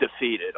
defeated